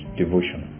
devotion